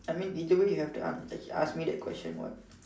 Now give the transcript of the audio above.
I mean either way you have to ask ask me that question what